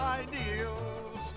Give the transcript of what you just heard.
ideals